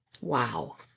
wow